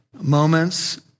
moments